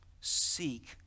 seek